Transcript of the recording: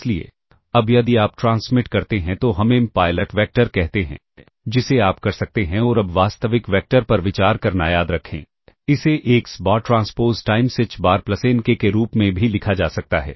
इसलिए अब यदि आप ट्रांसमिट करते हैं तो हम m पायलट वेक्टर कहते हैं जिसे आप कर सकते हैं और अब वास्तविक वेक्टर पर विचार करना याद रखें इसे x बार ट्रांसपोज़ टाइम्स h बार प्लस n k के रूप में भी लिखा जा सकता है